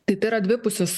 tai tai yra dvipusis